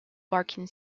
barking